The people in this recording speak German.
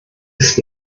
ist